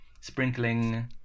sprinkling